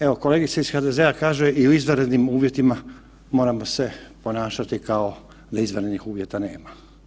Evo, kolegica iz HDZ-a kaže i u izvanrednim uvjetima moramo se ponašati kao da izvanrednih uvjeta nema.